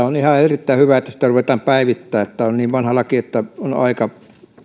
on erittäin hyvä että yksityistielakia ruvetaan päivittämään tämä on niin vanha laki että on aika